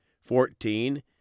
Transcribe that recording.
Fourteen